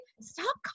stop